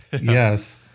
Yes